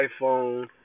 iPhone